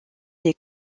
les